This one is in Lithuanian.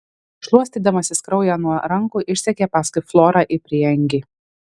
šluostydamasis kraują nuo rankų išsekė paskui florą į prieangį